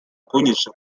kunyica